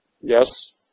Yes